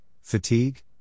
fatigue